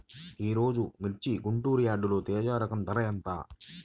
ఈరోజు మిర్చి గుంటూరు యార్డులో తేజ రకం ధర ఎంత?